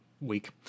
week